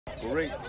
Great